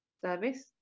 service